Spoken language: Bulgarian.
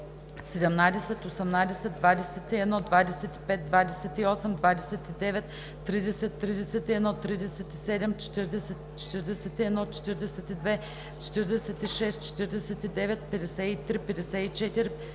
17, 18, 21, 25, 28, 29, 30, 31, 37, 40, 41, 42, 46, 49, 53, 54, 72,